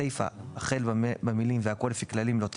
הסייפה החל במילים "והכול לפי כללים" לא תיקרא.